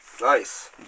Nice